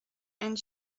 and